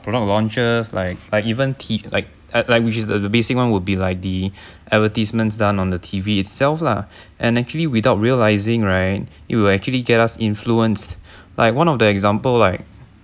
product launches like like even t like like which is the the basic one would be like the advertisements done on the T_V itself lah and actually without realizing right it will actually get us influenced by one of the example like